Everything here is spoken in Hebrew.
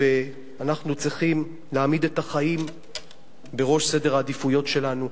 ואנחנו צריכים להעמיד את החיים בראש סדר העדיפויות שלנו.